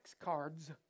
cards